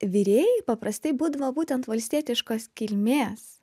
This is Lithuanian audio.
virėjai paprastai būdavo būtent valstietiškos kilmės